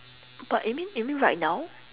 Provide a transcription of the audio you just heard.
but you mean you mean right now